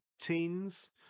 teens